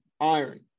iron